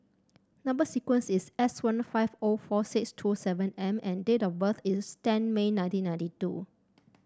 number sequence is S one five O four six two seven M and date of birth is ten May nineteen ninety two